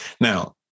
now